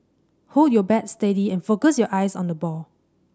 hold your bat steady and focus your eyes on the ball